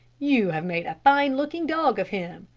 you have made a fine-looking dog of him,